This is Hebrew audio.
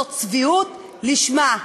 זאת צביעות לשמה.